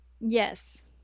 Yes